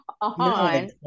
on